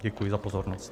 Děkuji za pozornost.